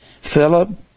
Philip